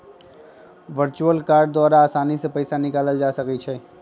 virtual card द्वारा असानी से पइसा निकालल जा सकइ छै